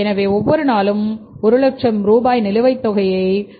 எனவே ஒவ்வொரு நாளும் 100000 ரூபாய் நிலுவைத் தொகையை